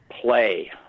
play